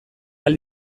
ahal